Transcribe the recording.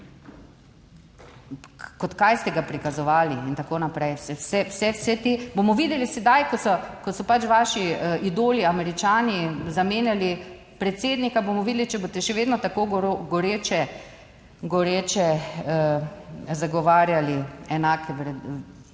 kot kaj ste ga prikazovali in tako naprej. Vse te, bomo videli sedaj, ko so, ko so pač vaši idoli Američani zamenjali predsednika, bomo videli, če boste še vedno tako goreče, goreče zagovarjali enake, bom rekla,